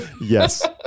Yes